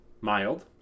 Mild